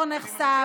-- רגע,